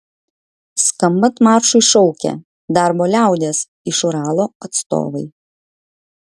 skambant maršui šaukė darbo liaudies iš uralo atstovai